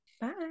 Bye